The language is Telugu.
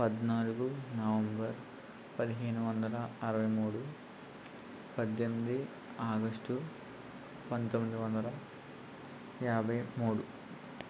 పద్నాలుగు నవంబర్ పదిహేను వందల అరవై మూడు పద్దెనిమిది ఆగస్టు పంతొమ్మిది వందల యాభై మూడు